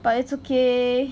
but it's okay